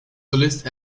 solist